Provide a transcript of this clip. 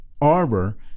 arbor